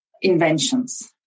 inventions